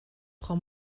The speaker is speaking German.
frau